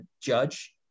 judge